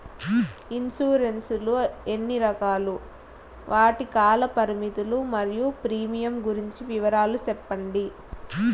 Insurance లు ఎన్ని రకాలు? వాటి కాల పరిమితులు మరియు ప్రీమియం గురించి వివరాలు సెప్పండి?